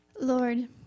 Lord